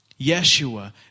Yeshua